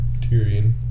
Tyrion